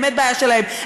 באמת בעיה שלהם.